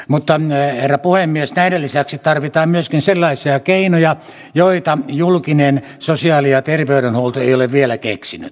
mutta herra puhemies näiden lisäksi tarvitaan myöskin sellaisia keinoja joita julkinen sosiaali ja terveydenhuolto ei ole vielä keksinyt